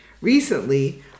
Recently